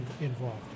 involved